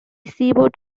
seaboard